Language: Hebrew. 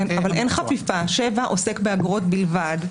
כן, אבל אין חפיפה 7 עוסק באגרות בלבד.